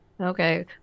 okay